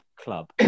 club